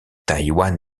taïwan